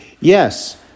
Yes